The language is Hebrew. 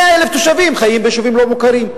100,000 תושבים חיים ביישובים לא-מוכרים.